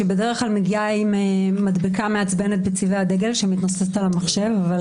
שבדרך כלל מגיעים עם מדבקה מעצבנת בצבעי הדגל שמתנוססת על המחשב.